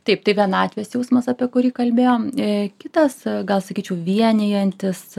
taip tai vienatvės jausmas apie kurį kalbėjom kitas gal sakyčiau vienijantis